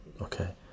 Okay